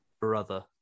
brother